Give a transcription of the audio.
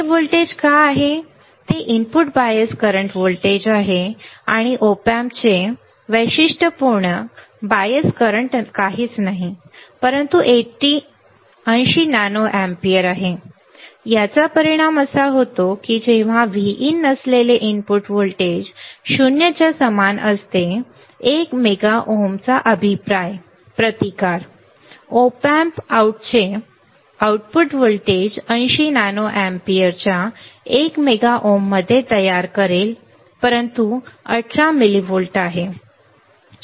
समजले ते व्होल्टेज का आहे ते इनपुट बायस करंट व्होल्टेज आहे आणि op amp चे वैशिष्ट्यपूर्ण बायस करंट काहीच नाही परंतु 80 नॅनो अँपिअर आहे याचा परिणाम असा होतो की जेव्हा Vin नसलेले इनपुट व्होल्टेज 0 च्या समान असते 1 मेगा ओमचा अभिप्राय प्रतिकार op amp Vout चे आउटपुट व्होल्टेज 80 नॅनो अँपिअरच्या 1 मेगा ओममध्ये तयार करेल जे काहीच नाही परंतु 18 मिलीव्होल्ट आहे